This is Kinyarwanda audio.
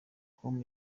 com